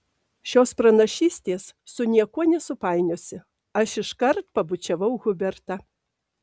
šios pranašystės su niekuo nesupainiosi aš iškart pabučiavau hubertą